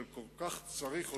שכל כך צריך אותה,